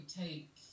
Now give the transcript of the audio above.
take